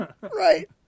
Right